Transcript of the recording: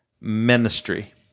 ministry